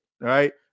Right